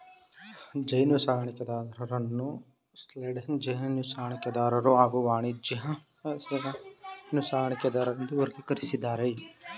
ಜೇನುಸಾಕಣೆದಾರರನ್ನು ಸೈಡ್ಲೈನ್ ಜೇನುಸಾಕಣೆದಾರರು ಹಾಗೂ ವಾಣಿಜ್ಯ ಜೇನುಸಾಕಣೆದಾರರೆಂದು ವರ್ಗೀಕರಿಸಿದ್ದಾರೆ